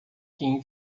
kim